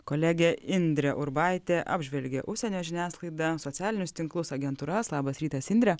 kolegė indrė urbaitė apžvelgė užsienio žiniasklaidą socialinius tinklus agentūras labas rytas indre